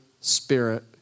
spirit